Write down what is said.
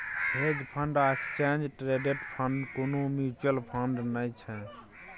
hedge fund आ exchange traded fund कुनु mutual fund नै छै